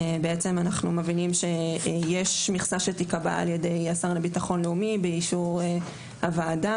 אנחנו מבינים שיש מכסה שתיקבע על ידי השר לביטחון לאומי באישור הוועדה,